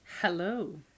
Hello